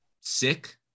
sick